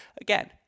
again